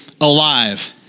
alive